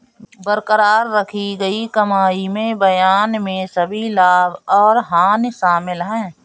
बरकरार रखी गई कमाई में बयान में सभी लाभ और हानि शामिल हैं